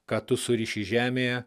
ką tu suriši žemėje